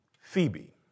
Phoebe